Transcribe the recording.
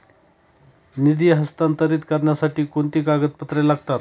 निधी हस्तांतरित करण्यासाठी कोणती कागदपत्रे लागतात?